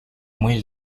muy